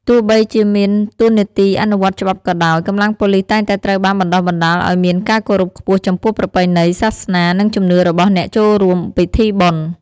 ទោះបីជាមានតួនាទីអនុវត្តច្បាប់ក៏ដោយ កម្លាំងប៉ូលិសតែងតែត្រូវបានបណ្តុះបណ្តាលឱ្យមានការគោរពខ្ពស់ចំពោះប្រពៃណី សាសនា និងជំនឿរបស់អ្នកចូលរួមពិធីបុណ្យ។